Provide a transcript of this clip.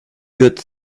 good